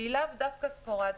היא לאו דווקא ספורדית.